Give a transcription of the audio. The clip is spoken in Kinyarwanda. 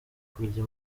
kurya